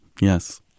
Yes